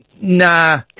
nah